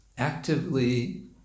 actively